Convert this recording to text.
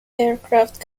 aircraft